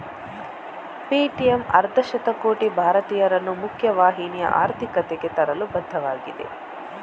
Paytm ಅರ್ಧ ಶತಕೋಟಿ ಭಾರತೀಯರನ್ನು ಮುಖ್ಯ ವಾಹಿನಿಯ ಆರ್ಥಿಕತೆಗೆ ತರಲು ಬದ್ಧವಾಗಿದೆ